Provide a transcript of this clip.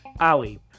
ali